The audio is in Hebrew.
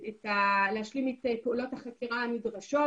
פעולות החקירה הנדרשות.